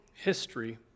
history